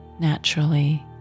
naturally